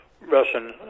Russian